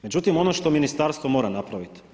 Međutim ono što ministarstvo mora napraviti.